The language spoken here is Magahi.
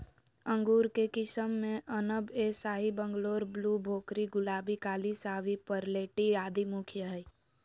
अंगूर के किस्म मे अनब ए शाही, बंगलोर ब्लू, भोकरी, गुलाबी, काली शाहवी, परलेटी आदि मुख्य हई